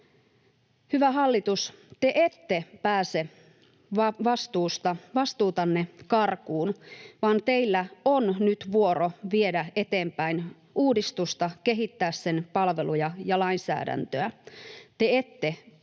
Hyvä hallitus, te ette pääse vastuutanne karkuun, vaan teillä on nyt vuoro viedä eteenpäin uudistusta, kehittää sen palveluja ja lainsäädäntöä. Te ette pääse